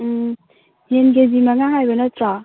ꯎꯝ ꯌꯦꯟ ꯀꯦ ꯖꯤ ꯃꯉꯥ ꯍꯥꯏꯕ ꯅꯠꯇ꯭ꯔꯣ